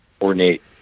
ornate